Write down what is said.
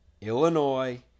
Illinois